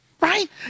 right